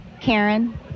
Karen